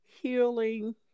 healing